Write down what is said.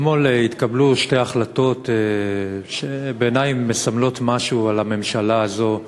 אתמול התקבלו שתי החלטות שבעיני הן מסמלות משהו בממשלה הזו,